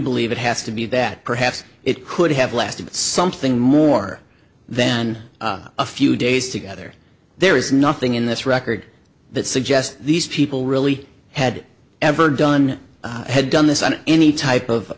believe it has to be that perhaps it could have lasted something more than a few days together there is nothing in this record that suggests these people really had ever done had done this on any